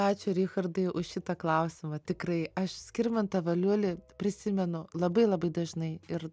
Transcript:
ačiū richardui už šitą klausimą tikrai aš skirmantą valiulį prisimenu labai labai dažnai ir